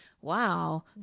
wow